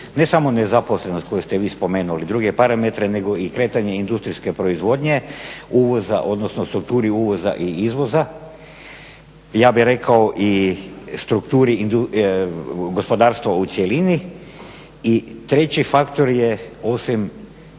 ne samo nezaposlenost koju ste vi spomenuli, druge parametre nego i kretanje industrijske proizvodnje u strukturi uvoza i izvoza. Ja bih rekao i strukturi gospodarstva u cjelini. I treći faktor je osim